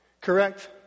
correct